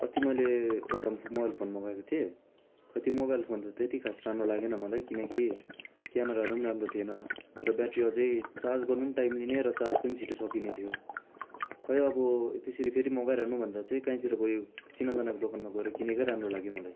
अस्ति मैले एउटा मोबाइल फोन मगाएको थिएँ खोइ त्यो मोबाइल फोन त त्यति खास राम्रो लागेन मलाई किनकि क्यामेराहरू पनि राम्रो थिएन र ब्याट्री अझै चार्ज गर्नु पनि टाइम लिने र चार्ज पनि छिटो सकिने थियो खोइ अब त्यसरी फेरि मगाइरहनु भन्दा चाहिँ कहीँतिर गयो चिनाजानाको दोकानमा गएर किनेकै राम्रो लाग्यो मलाई